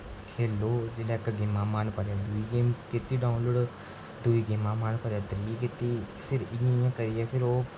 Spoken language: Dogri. खेढो जि'यां इक गेमें उप्पर मन भरी जाए ते दुई गेम खोह्ल्ली ओड़ो दुई गेमां उप्परा मन भरोआ ते त्री कीती फिर इ'यां इ'यां करियै फिर ओह्